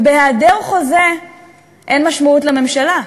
ובהיעדר חוזה אין משמעות לממשלה,